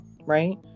right